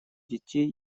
детей